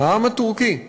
העם הטורקי?